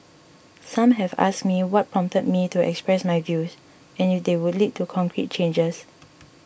some have asked me what prompted me to express my views and if they would lead to concrete changes